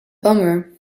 bummer